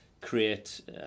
create